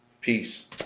Peace